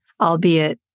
albeit